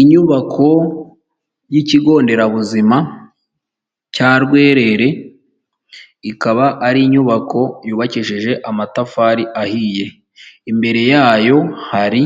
Inyubako y'ikigo nderabuzima cya rwerere ikaba ari inyubako yubakishije amatafari ahiye, imbere yayo hari